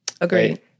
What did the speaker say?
Agreed